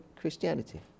Christianity